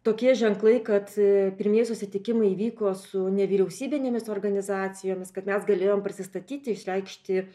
tokie ženklai kad pirmieji susitikimai įvyko su nevyriausybinėmis organizacijomis kad mes galėjom prisistatyti išreikšti